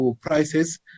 prices